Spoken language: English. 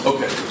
Okay